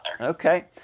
Okay